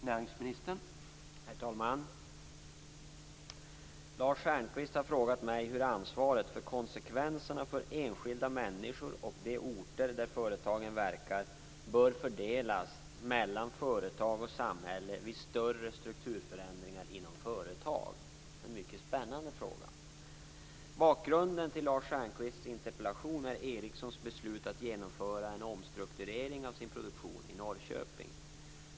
Herr talman! Lars Stjernkvist har frågat mig hur ansvaret för konsekvenserna för enskilda människor och de orter där företagen verkar bör fördelas mellan företag och samhälle vid större strukturförändringar inom företag - en mycket spännande fråga. Bakgrunden till Lars Stjernkvists interpellation är Ericssons beslut att genomföra en omstrukturering av sin produktion i Norrköping.